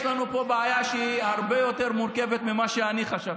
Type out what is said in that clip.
יש לנו פה בעיה שהיא הרבה יותר מורכבת ממה שאני חשבתי.